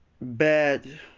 bad